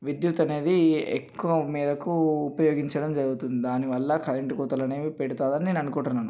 విద్యుత్ అనేది ఎక్కువ మేరకు ఉపయోగించడం జరుగుతుంది దానివల్ల కరెంటు కోతలు అనేవి పెడతారు అని నేను అనుకుంటున్నాను